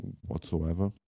Whatsoever